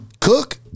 Cook